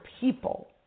people